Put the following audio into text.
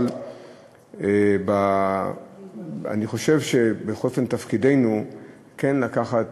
אבל אני חושב שבכל אופן תפקידנו כן לקחת